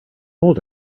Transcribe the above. old